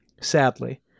sadly